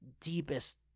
deepest